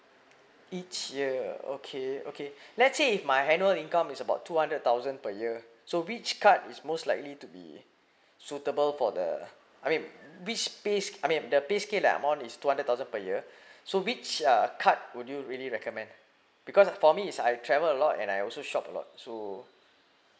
each year okay okay let's say if my annual income is about two hundred thousand per year so which card is most likely to be suitable for the I mean which pay I mean the pay I earn is two hundred thousand per year so which are card would you really recommend because for me is I travel a lot and I also shop a lot so